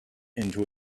into